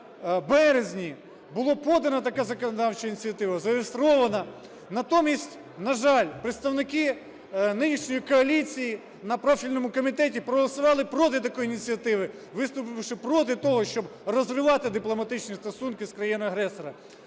в березні була подана така законодавча ініціатива, зареєстрована. Натомість, на жаль, представники нинішньої коаліції на профільному комітеті проголосувати проти такої ініціативи, виступивши проти того, щоб розривати дипломатичні стосунки з країною-агресором.